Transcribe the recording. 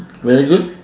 very good